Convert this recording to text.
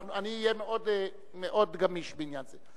אני אהיה מאוד גמיש בעניין זה.